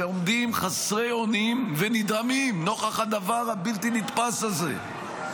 שעומדים חסרי אונים ונדהמים נוכח הדבר הבלתי-נתפס הזה.